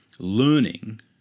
learning